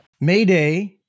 Mayday